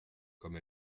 comme